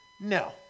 No